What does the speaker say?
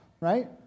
right